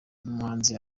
umuhanzi